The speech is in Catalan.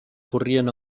corrien